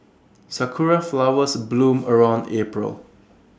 Sakura Flowers bloom around April